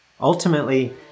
Ultimately